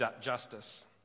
justice